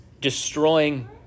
destroying